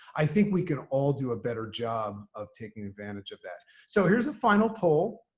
i think we can all do a better job of taking advantage of that. so here's a final poll.